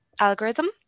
algorithm